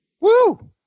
Woo